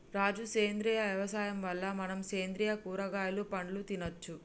రాజు సేంద్రియ యవసాయం వల్ల మనం సేంద్రియ కూరగాయలు పండ్లు తినచ్చు